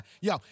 Yo